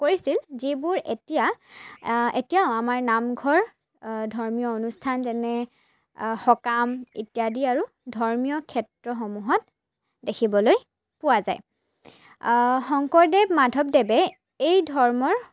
কৰিছিল যিবোৰ এতিয়া এতিয়াও আমাৰ নামঘৰ ধৰ্মীয় অনুষ্ঠান যেনে সকাম ইত্যাদি আৰু ধৰ্মীয় ক্ষেত্ৰসমূহত দেখিবলৈ পোৱা যায় শংকৰদেৱ মাধৱদেৱে এই ধৰ্মৰ